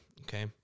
Okay